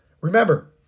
remember